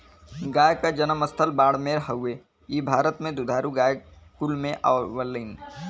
गाय क जनम स्थल बाड़मेर हउवे इ भारत के दुधारू गाय कुल में आवलीन